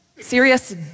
serious